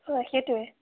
হয় সেইটোৱে